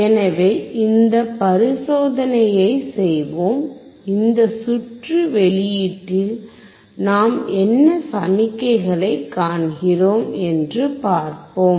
எனவே இந்த பரிசோதனையைச் செய்வோம் இந்த சுற்று வெளியீட்டில் நாம் என்ன சமிக்ஞைகளைக் காண்கிறோம் என்று பார்ப்போம்